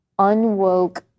unwoke